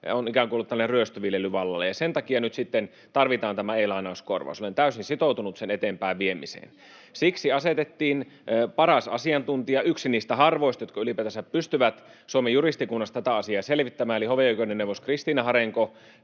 on ikään kuin ollut tällainen ryöstöviljely vallalla, ja sen takia nyt sitten tarvitaan tämä e-lainauskorvaus. Olen täysin sitoutunut sen eteenpäinviemiseen. [Vasemmalta: Hienoa!] Siksi asetettiin paras asiantuntija, yksi niistä harvoista, jotka ylipäätänsä pystyvät Suomen juristikunnasta tätä asiaa selvittämään, eli hovioikeudenneuvos Kristiina Harenko,